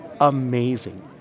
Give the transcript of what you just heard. amazing